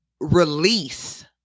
release